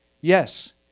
Yes